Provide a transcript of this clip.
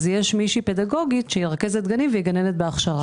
יש מישהו פדגוגית שהיא רכזת גנים והיא גננת בהכשרה.